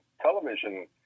television